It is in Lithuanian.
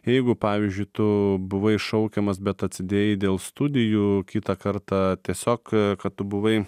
jeigu pavyzdžiui tu buvai šaukiamas bet atsidėjai dėl studijų kitą kartą tiesiog kad tu buvai